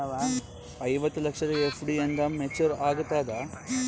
ಐವತ್ತು ಲಕ್ಷದ ಎಫ್.ಡಿ ಎಂದ ಮೇಚುರ್ ಆಗತದ?